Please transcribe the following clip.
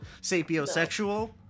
sapiosexual